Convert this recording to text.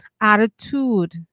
attitude